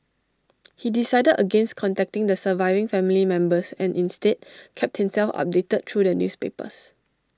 he decided against contacting the surviving family members and instead kept himself updated through the newspapers